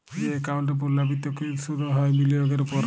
যে একাউল্টে পুর্লাবৃত্ত কৃত সুদ দিয়া হ্যয় বিলিয়গের উপর